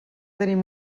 tenim